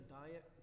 diet